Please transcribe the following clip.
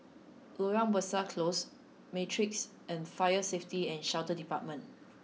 Loyang Besar Close Matrix and Fire Safety and Shelter Department